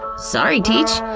sorry, teach,